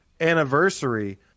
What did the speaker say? anniversary